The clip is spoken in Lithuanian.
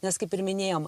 nes kaip ir minėjom